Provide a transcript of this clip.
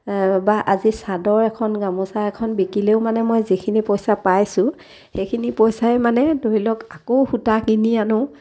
বা আজি চাদৰ এখন গামোচা এখন বিকিলেও মানে মই যিখিনি পইচা পাইছোঁ সেইখিনি পইচাই মানে ধৰি লওক আকৌ সূতা কিনি আনো